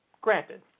granted